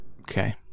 okay